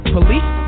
Police